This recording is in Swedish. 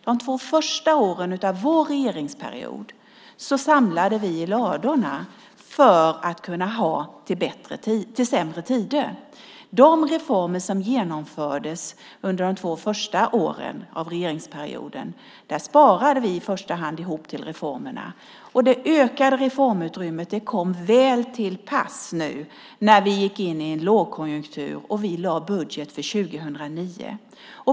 De två första åren av vår regeringsperiod samlade vi i ladorna för att kunna ha till sämre tider. De reformer som genomfördes under de två första åren av regeringsperioden sparade vi i första hand ihop till, och det ökade reformutrymmet kom väl till pass nu när vi gick in i en lågkonjunktur och lade fram budgeten för 2009.